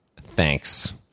thanks